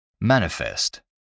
Manifest